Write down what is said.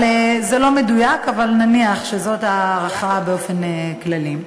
זה לא מדויק, אבל נניח שזאת ההערכה באופן כללי.